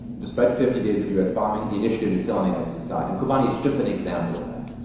despite fifty days of us bombing, the initiative is still on the isis side. and kobani is just an example of that.